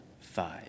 five